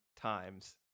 times